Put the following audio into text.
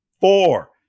four